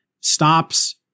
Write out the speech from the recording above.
stops